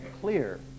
clear